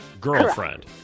girlfriend